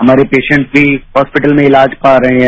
हमारे प्रेसेट्स भी हॉस्पिटल में इलाज पा रहे हैं